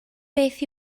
beth